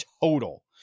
total